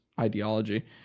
ideology